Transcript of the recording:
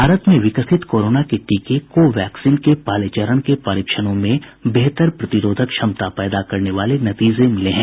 भारत में विकसित कोरोना के टीके को वैक्सीन के पहले चरण के परीक्षणों में बेहतर प्रतिरोधक क्षमता पैदा करने वाले नतीजे मिले हैं